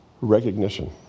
recognition